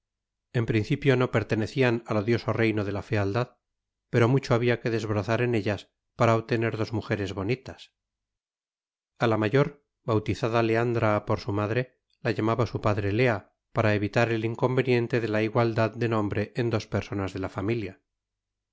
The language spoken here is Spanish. en principio no pertenecían al odioso reino de la fealdad pero mucho había que desbrozar en ellas para obtener dos mujeres bonitas a la mayor bautizada leandra por su madre la llamaba su padre lea para evitar el inconveniente de la igualdad de nombre en dos personas de la familia